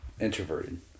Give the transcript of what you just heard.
introverted